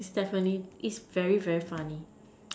it's definitely it's very very funny